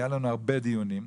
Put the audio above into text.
היו לנו הרבה דיונים,